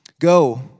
Go